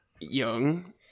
young